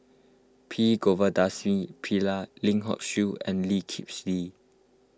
P Govindasamy Pillai Lim Hock Siew and Lee Kip Lee